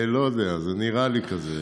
לא יודע, זה נראה לי כזה.